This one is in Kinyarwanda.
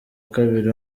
kabiri